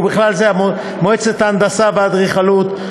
ובכלל זה מועצת ההנדסה והאדריכלות,